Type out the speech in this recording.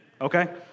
Okay